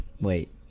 Wait